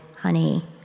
Honey